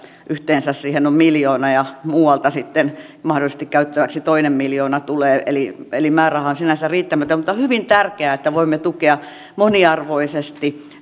yhteensä siihen on miljoona ja muualta sitten mahdollisesti käytettäväksi toinen miljoona tulee eli eli määräraha on sinänsä riittämätön mutta on hyvin tärkeää että voimme tukea moniarvoisesti